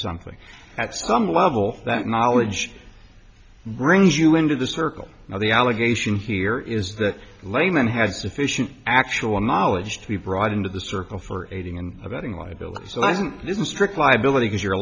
something at some level that knowledge brings you into the circle now the allegation here is that layman had deficient actual knowledge to be brought into the circle for aiding and abetting liability so i didn't strict liability as you